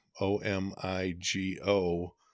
O-M-I-G-O